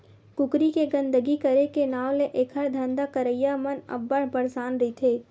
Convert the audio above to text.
कुकरी के गंदगी करे के नांव ले एखर धंधा करइया मन अब्बड़ परसान रहिथे